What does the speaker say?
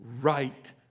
right